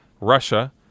Russia